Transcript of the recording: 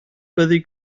byddi